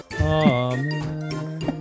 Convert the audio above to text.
Amen